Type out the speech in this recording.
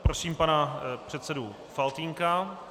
Prosím pana předsedu Faltýnka.